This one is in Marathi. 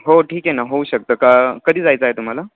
हो ठीक आहे ना होऊ शकतं का कधी जायचं आहे तुम्हाला